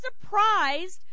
surprised